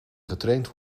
getraind